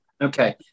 Okay